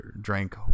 drank